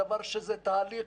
זה תהליך.